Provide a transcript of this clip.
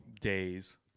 days